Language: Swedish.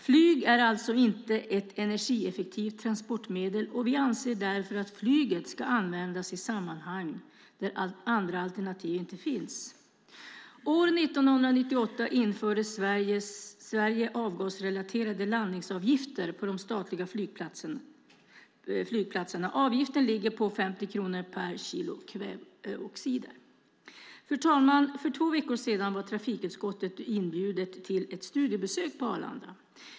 Flyg är alltså inte ett energieffektivt tranportmedel, och vi anser därför att flyget ska användas i sammanhang där andra alternativ inte finns. År 1998 införde Sverige avgasrelaterade landningsavgifter på de statliga flygplatserna. Avgiften ligger på 50 kronor per kilo kväveoxider. Fru talman! För två veckor sedan var trafikutskottet inbjudet till ett studiebesök på Arlanda.